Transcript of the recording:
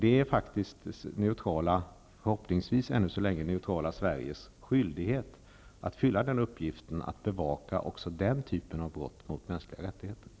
Det är faktiskt det, förhoppningsvis, ännu så länge neutrala Sveriges skyldighet att ha i uppgift att bevaka också den typen av brott mot de mänskliga rättigheterna.